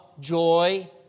joy